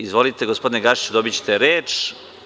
Izvolite, gospodine Gašiću, dobićete reč.